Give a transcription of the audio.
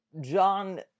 John